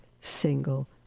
single